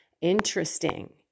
interesting